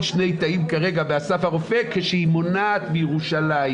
שני תאים כרגע באסף הרופא כשהיא מונעת מירושלים,